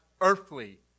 earthly